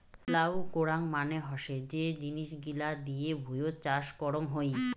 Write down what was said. plough করাং মানে হসে যে জিনিস গিলা দিয়ে ভুঁইয়ত চাষ করং হই